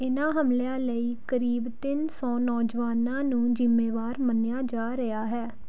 ਇਨ੍ਹਾਂ ਹਮਲਿਆਂ ਲਈ ਕਰੀਬ ਤਿੰਨ ਸੌ ਨੌਜਵਾਨਾਂ ਨੂੰ ਜ਼ਿੰਮੇਵਾਰ ਮੰਨਿਆ ਜਾ ਰਿਹਾ ਹੈ